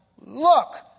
look